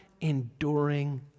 enduring